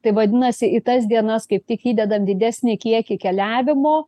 tai vadinasi į tas dienas kaip tik įdedam didesnį kiekį keliavimo